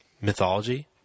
mythology